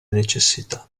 necessità